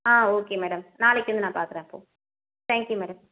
ஆ okay madam நாளைக்கு வந்து நான் பார்க்குறேன் தேங்க் யூ மேடம்